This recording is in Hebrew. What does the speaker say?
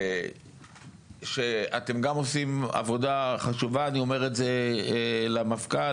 אתם עושים עבודה חשובה, אני אומר את זה למפכ"ל.